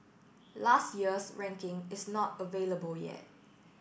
last year's ranking is not available yet